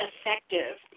effective